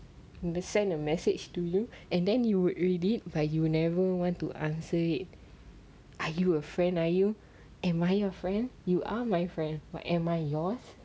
will send a message to you and then you would read it but you never want to answer it are you a friend are you am I your friend you are my friend what am I yours